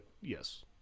yes